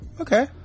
Okay